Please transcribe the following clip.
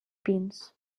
pins